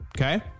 Okay